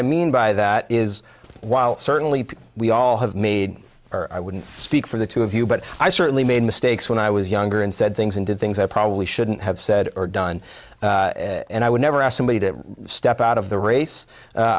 i mean by that is while certainly we all have made i wouldn't speak for the two of you but i certainly made mistakes when i was younger and said things and did things i probably shouldn't have said or done and i would never ask somebody to step out of the race